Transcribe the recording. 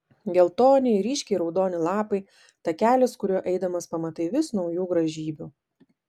geltoni ir ryškiai raudoni lapai takelis kuriuo eidamas pamatai vis naujų grožybių